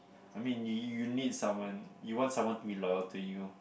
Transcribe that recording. I mean you need someone you want someone to be loyal to you